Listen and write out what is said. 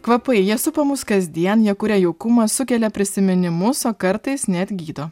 kvapai jie supa mus kasdien jie kuria jaukumą sukelia prisiminimus o kartais net gydo